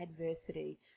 adversity